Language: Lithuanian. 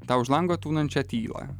tau už lango tūnančią tylą